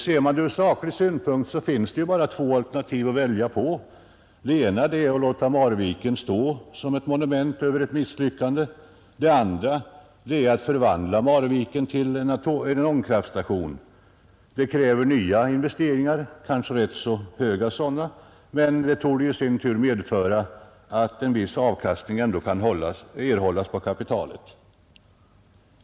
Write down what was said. Ser man det från saklig synpunkt finns det bara två alternativ att välja på. Det ena är att låta Marviken stå som ett monument över ett misslyckande. Det andra är att förvandla Marviken till en ångkraftstation. Det kräver nya investeringar, kanske rätt höga sådana, men det torde i sin tur medföra att en viss avkastning ändå kan erhållas på kapitalet.